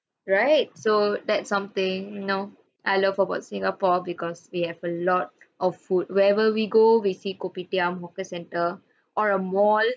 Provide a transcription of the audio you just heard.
right so that something you know I love about singapore because we have a lot of food wherever we go we see kopitiam hawker center or a mall